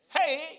Hey